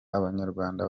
abanyarwanda